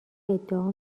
ادعا